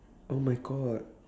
oh my god